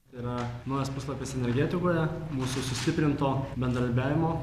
yra naujas puslapis energetikoje mūsų sustiprinto bendradarbiavimo